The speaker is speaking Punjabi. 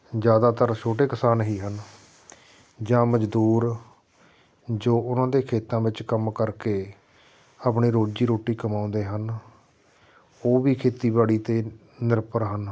ਜ਼ਿਆਦਾਤਰ ਛੋਟੇ ਕਿਸਾਨ ਹੀ ਹਨ ਜਾਂ ਮਜ਼ਦੂਰ ਜੋ ਉਹਨਾਂ ਦੇ ਖੇਤਾਂ ਵਿੱਚ ਕੰਮ ਕਰਕੇ ਆਪਣੀ ਰੋਜ਼ੀ ਰੋਟੀ ਕਮਾਉਂਦੇ ਹਨ ਉਹ ਵੀ ਖੇਤੀਬਾੜੀ 'ਤੇ ਨਿਰਭਰ ਹਨ